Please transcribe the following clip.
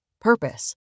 purpose